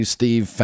Steve